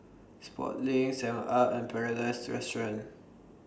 Sportslink Seven up and Paradise Restaurant